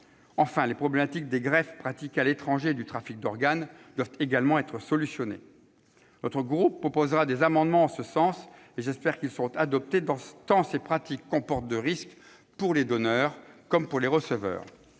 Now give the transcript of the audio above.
Enfin, les problématiques des greffes pratiquées à l'étranger et du trafic d'organes doivent trouver une solution. Les élus de notre groupe proposeront des amendements en ce sens : j'espère que ces dispositions seront adoptées, tant ces pratiques comportent de risques, pour les donneurs comme pour les receveurs.